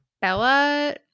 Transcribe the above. Bella